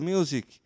Music